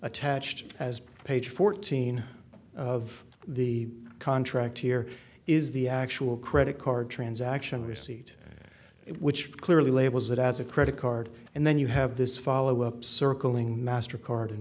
attached as page fourteen of the contract here is the actual credit card transaction receipt which clearly labels it as a credit card and then you have this follow up circling master card and